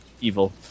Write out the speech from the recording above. evil